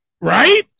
Right